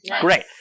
Great